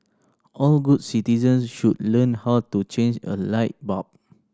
all good citizens should learn how to change a light bulb